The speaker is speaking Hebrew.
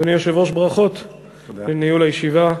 אדוני היושב-ראש, ברכות על ניהול הישיבה.